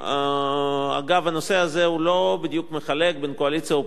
אגב, הנושא הזה לא בדיוק מחלק קואליציה אופוזיציה.